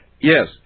Yes